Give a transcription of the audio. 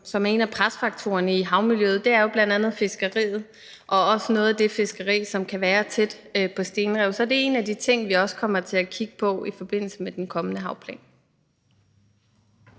som er en af presfaktorerne i forhold til havmiljøet, jo bl.a. er fiskeriet og også noget af det fiskeri, som kan være tæt på stenrev. Så det er en af de ting, vi også kommer til at kigge på i forbindelse med den kommende havplan.